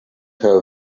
her